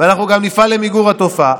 אנחנו גם נפעל למיגור התופעה.